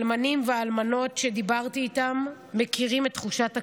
האלמנים והאלמנות שדיברתי איתם מכירים את תחושת הכאב,